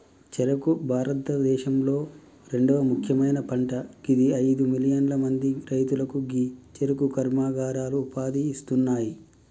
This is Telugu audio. చెఱుకు భారతదేశంలొ రెండవ ముఖ్యమైన పంట గిది అయిదు మిలియన్ల మంది రైతులకు గీ చెఱుకు కర్మాగారాలు ఉపాధి ఇస్తున్నాయి